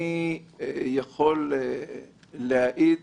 אני יכול להעיד